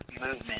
movement